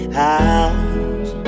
house